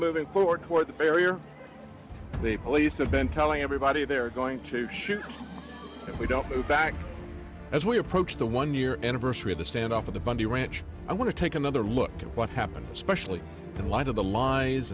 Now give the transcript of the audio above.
it forward toward the barrier the police have been telling everybody they're going to shoot if we don't move back as we approach the one year anniversary of the standoff at the bundy ranch i want to take another look at what happened especially in light of the lies